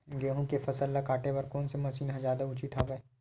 गेहूं के फसल ल काटे बर कोन से मशीन ह जादा उचित हवय?